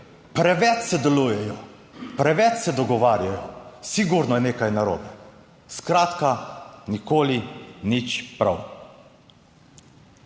Preveč sodelujejo, preveč se dogovarjajo, sigurno je nekaj narobe, skratka nikoli nič prav.